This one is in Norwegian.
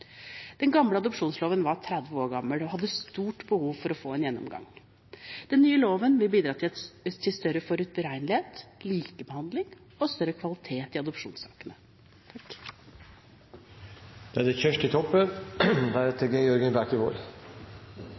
Den gamle adopsjonsloven er 30 år gammel og hadde stort behov for å få en gjennomgang. Den nye loven vil bidra til større forutberegnelighet, likebehandling og større kvalitet i adopsjonssakene. Senterpartiet støttar endringane som i dag vert gjorde i adopsjonslova, og vi synest det er